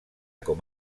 com